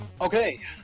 Okay